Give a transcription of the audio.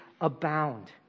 abound